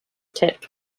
tipped